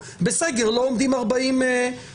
בסגר לא עומדים 40 דקות.